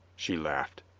she laughed.